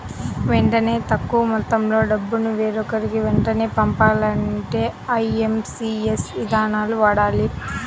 వెంటనే తక్కువ మొత్తంలో డబ్బును వేరొకరికి వెంటనే పంపాలంటే ఐఎమ్పీఎస్ ఇదానాన్ని వాడాలి